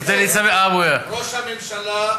ראש הממשלה,